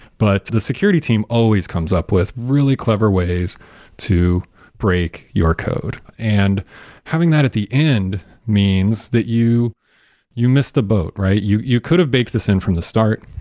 but the security team always comes up with really clever ways to break your code. and having that at the end means that you you missed the boat, right? you you could have baked this in from the start.